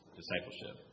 discipleship